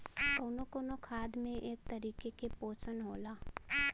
कउनो कउनो खाद में एक तरीके के पोशन होला